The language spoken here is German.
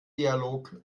dialog